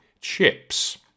chips